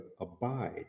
abide